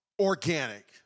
organic